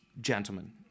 gentlemen